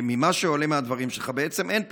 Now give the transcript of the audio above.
ממה שעולה מהדברים שלך, בעצם אין פיקוח.